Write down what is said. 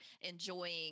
enjoying